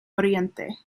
oriente